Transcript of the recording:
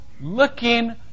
looking